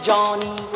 Johnny